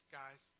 guys